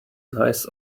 nice